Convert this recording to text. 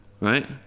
Right